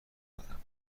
دادم